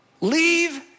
Leave